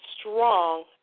strong